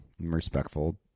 respectful